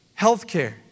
healthcare